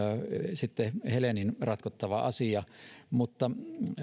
sitten helenin ratkottava asia